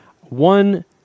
one